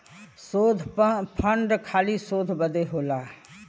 शोध फंड खाली शोध बदे होला